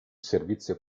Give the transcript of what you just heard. servizio